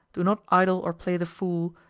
do not idle or play the fool,